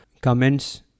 comments